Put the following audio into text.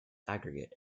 aggregate